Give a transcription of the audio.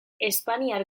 espainiar